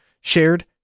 shared